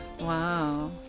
Wow